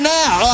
now